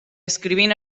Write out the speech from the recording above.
escrivint